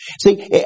See